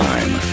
time